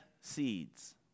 seeds